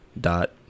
dot